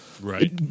Right